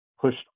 pushed